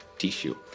tissue